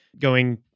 going-